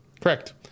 Correct